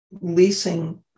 leasing